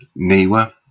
niwa